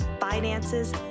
finances